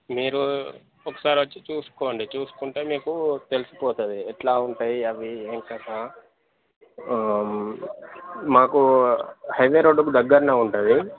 మీరు ఒకసారి వచ్చి చూసుకోండి చూసుకుంటే మీకు తెలిసిపోతుంది ఎలా ఉంటాయి అవి ఏంకథ మాకు హైవే రోడుకి దగ్గరలోనే ఉంటుంది